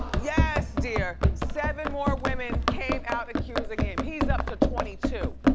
yes, dear. seven more women came out accusing him. he's up to twenty two.